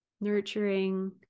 nurturing